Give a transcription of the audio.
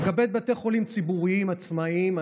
לגבי בתי חולים ציבוריים עצמאיים,